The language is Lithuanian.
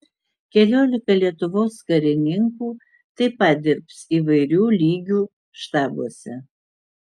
keliolika lietuvos karininkų taip pat dirbs įvairių lygių štabuose